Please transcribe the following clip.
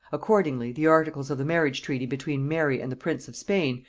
accordingly, the articles of the marriage treaty between mary and the prince of spain,